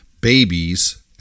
babies